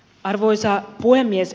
arvoisa puhemies